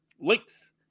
links